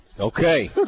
Okay